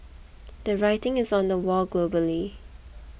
the writing is on the wall globally